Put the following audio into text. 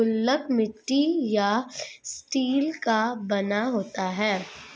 गुल्लक मिट्टी या स्टील का बना होता है